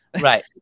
right